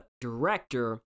director